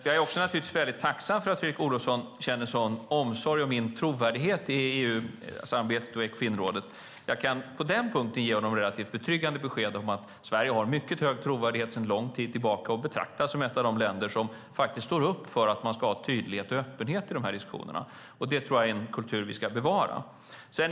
Jag är också naturligtvis väldigt tacksam för att Fredrik Olovsson känner sådan omsorg om min trovärdighet i EU-samarbetet och Ekofinrådet och kan på den punkten ge honom relativt betryggande besked om att Sverige har mycket hög trovärdighet sedan lång tid tillbaka och betraktas som ett av de länder som står upp för att man ska ha tydlighet och öppenhet i de här diskussionerna. Det tror jag är en kultur vi ska bevara.